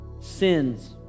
sins